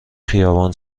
خیابان